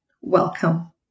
welcome